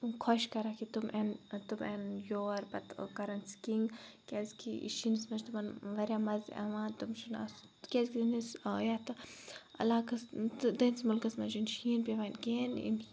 خۄش کَران کہِ تم یِن تم یِن یور پَتہٕ کَرَن سِکِنٛگ کیازکہِ شیٖنَس مَنٛز چھُ تمَن واریاہ مَزٕ یِوان تِم چھِنہٕ کیاز تِہندِس یَتھ عَلاقَس تِہندِس مُلکس مَنٛز چھُنہٕ شیٖن پیٚوان کِہیٖنۍ